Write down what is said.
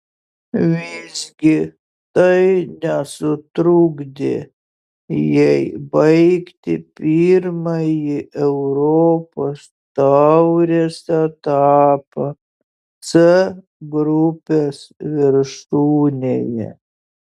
visgi tai nesutrukdė jai baigti pirmąjį europos taurės etapą c grupės viršūnėje